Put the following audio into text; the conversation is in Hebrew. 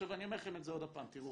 אני אומר לכם עוד פעם תראו,